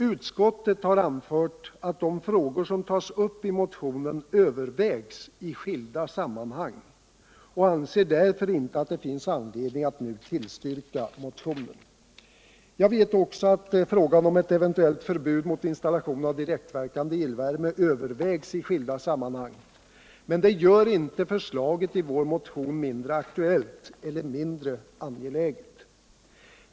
Utskottet har anfört att de frågor som tas upp i motionen övervägs i skilda sammanhang och anser därför inte att det finns anledning att nu tillstyrka motionen. Jag vet också att frågan om ett eventuellt förbud mot installation av direktverkande elvärme övervägs i skilda sammanhang, men det gör inte förslaget i vår motion mindre aktuellt eler mindre angeläget.